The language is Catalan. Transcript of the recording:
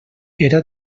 era